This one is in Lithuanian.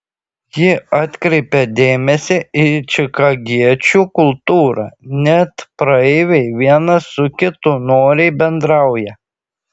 ji atkreipė dėmesį į čikagiečių kultūrą net praeiviai vienas su kitu noriai bendrauja